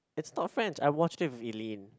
it's not French I watched it with Eileen